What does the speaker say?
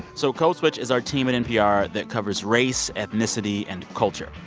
so code switch is our team at npr that covers race, ethnicity and culture.